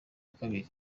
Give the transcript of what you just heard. kabiri